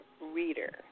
reader